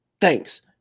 Thanks